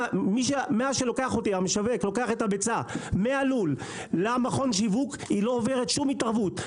מאז שלוקח המשווק את הביצה מהלול למכון שיווק היא לא עוברת שום התערבות.